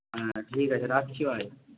হ্যাঁ ঠিক আছে রাখছি ভাই